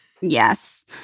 Yes